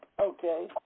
Okay